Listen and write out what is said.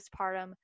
postpartum